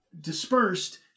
dispersed